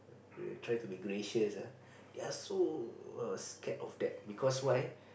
try to be gracious ah they're so scared of that because why